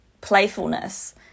playfulness